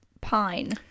Pine